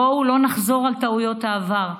בואו לא נחזור על טעויות העבר,